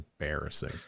embarrassing